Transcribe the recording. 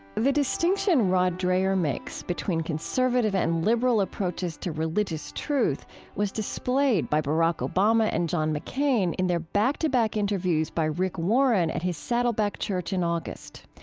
the distinction rod dreher makes between conservative and liberal approaches to religious truth was displayed by barack obama and john mccain in their back-to-back interviews by rick warren at his saddleback church in august.